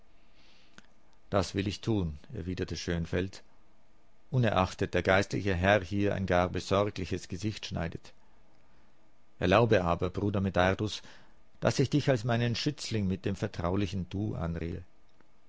das will ich tun erwiderte schönfeld unerachtet der geistliche herr hier ein gar besorgliches gesicht schneidet erlaube aber bruder medardus daß ich dich als meinen schützling mit dem vertraulichen du anrede